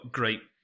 great